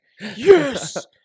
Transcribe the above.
yes